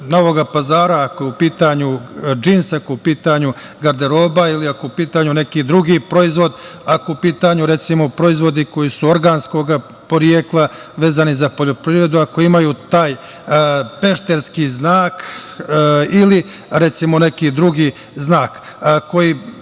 iz Novog Pazara ako je u pitanju džins, ako je u pitanju garderoba ili ako je u pitanju neki drugi proizvod, ako su u pitanju, recimo, proizvodi koji su organskog porekla, vezani za poljoprivredu, ako imaju taj pešterski znak ili neki drugi znak koji